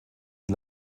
die